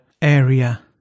Area